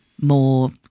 more